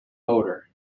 motor